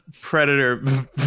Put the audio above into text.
predator